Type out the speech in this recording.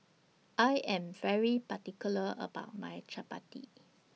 I Am particular about My Chapati